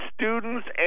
students